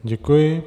Děkuji.